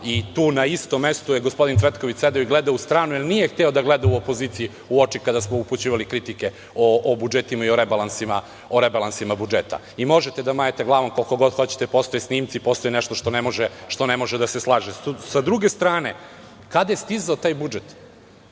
i tu na istom mestu je gospodin Cvetković sedeo i gledao u stranu, nije hteo da gleda u opoziciju kada smo mu mi upućivali kritike o budžetima i rebalansima budžeta i možete da mašete sa glavom koliko god hoćete, postoje snimci, postoji nešto što ne može da se slaže. Sa druge strane, kada je stizao taj budžet?